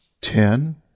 Ten